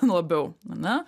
labiau ane